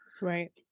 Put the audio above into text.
Right